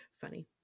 Funny